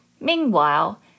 Meanwhile